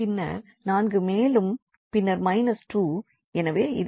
பின்னர் 4 மேலும் பின்னர் மைனஸ் 2